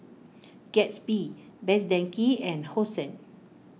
Gatsby Best Denki and Hosen